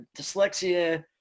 dyslexia